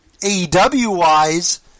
AEW-wise